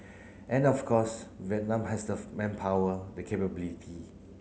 and of course Vietnam has the manpower the capability